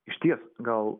išties gal